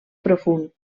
profund